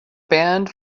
band